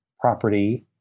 property